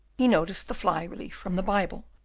he noticed the fly-leaf from the bible,